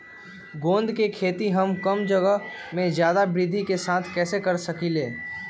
गेंदा के खेती हम कम जगह में ज्यादा वृद्धि के साथ कैसे कर सकली ह?